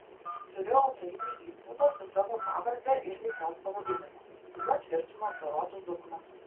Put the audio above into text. turiu autorinį įspaudą su savo pavarde ir veiklos pavadinimu kuriuo tvirtinu apdorotus dokumentus